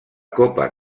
copa